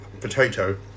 potato